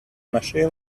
machine